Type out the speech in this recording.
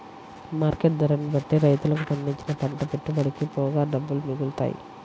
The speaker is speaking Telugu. మార్కెట్ ధరని బట్టే రైతులకు పండించిన పంట పెట్టుబడికి పోగా డబ్బులు మిగులుతాయి